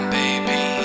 baby